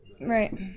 Right